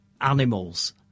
animals